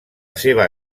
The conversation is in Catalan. seva